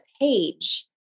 page